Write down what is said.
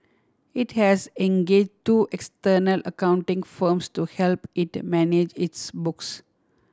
it has engage two external accounting firms to help it manage its books